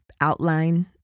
outline